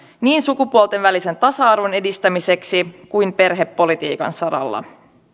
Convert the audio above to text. niin sukupuolten välisen tasa arvon edistämiseksi kuin perhepolitiikan saralla